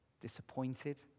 disappointed